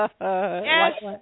Yes